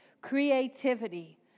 Creativity